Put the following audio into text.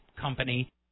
Company